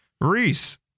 Reese